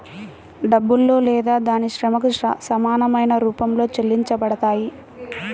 డబ్బులో లేదా దాని శ్రమకు సమానమైన రూపంలో చెల్లించబడతాయి